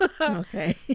Okay